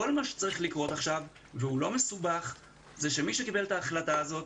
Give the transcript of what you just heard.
כל מה שצריך לקרות עכשיו זה שמי שקיבל את ההחלטה הזאת